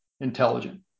intelligent